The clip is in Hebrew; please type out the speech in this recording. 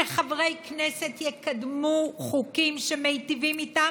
שחברי כנסת יקדמו חוקים שמיטיבים איתם,